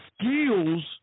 skills